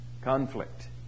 Conflict